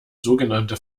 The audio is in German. sogenannte